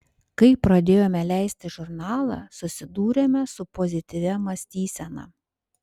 kai pradėjome leisti žurnalą susidūrėme su pozityvia mąstysena